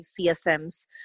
CSMs